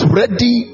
ready